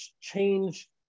change